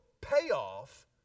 payoff